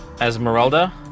esmeralda